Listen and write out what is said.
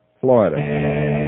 Florida